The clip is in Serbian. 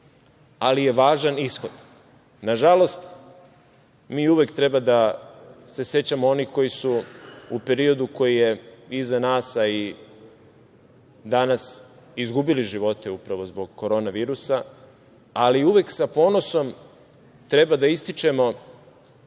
Ali je važan ishod. Nažalost, mi uvek treba da se sećamo onih koji su u periodu koji je iza nas, a i danas, izgubili živote upravo zbog korona virusa, ali uvek sa ponosom treba da ističemo